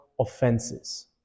offenses